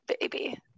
baby